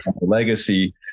legacy